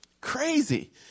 Crazy